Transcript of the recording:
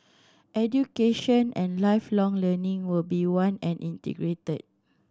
Education and Lifelong Learning will be one and integrated